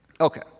Okay